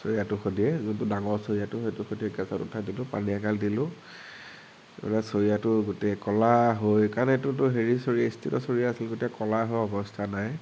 চৰিয়াটো সৈতে যোনটো ডাঙৰ চৰিয়াটো সেইটো সৈতে গেছত উঠাই দিলো পানী এগাল দিলো চৰিয়াটো গোটেই ক'লা হৈ কাৰণ এইটোতো হেৰি চৰিয়া ষ্টীলৰ চৰীয়া আছিলে গোটেই ক'লা হৈ অৱস্থা নাই